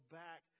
back